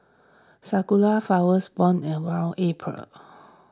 sakura flowers bloom around April